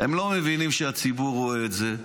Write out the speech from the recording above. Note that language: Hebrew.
הם לא מבינים שהציבור רואה את זה.